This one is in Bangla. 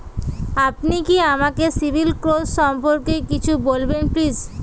আপনি কি আমাকে সিবিল স্কোর সম্পর্কে কিছু বলবেন প্লিজ?